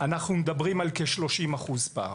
אנחנו מדברים על כ-30% פער.